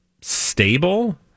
stable